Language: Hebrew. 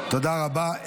תודה רבה.